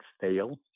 fail